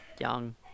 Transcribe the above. young